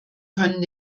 können